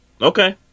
Okay